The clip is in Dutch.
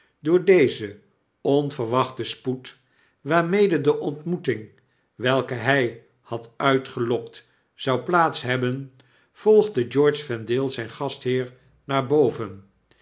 door den onverwachten spoed waarmede de ontmoeting welke hij had uitgelokt zou plaats hebben volgde george vendale zijn gastheer naar boven